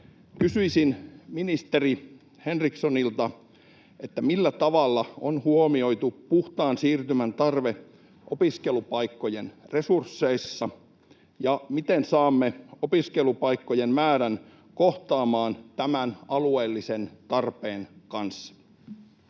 Kysyisin ministeri Henrikssonilta: Millä tavalla on huomioitu puhtaan siirtymän tarve opiskelupaikkojen resursseissa? Miten saamme opiskelupaikkojen määrän kohtaamaan tämän alueellisen tarpeen kanssa?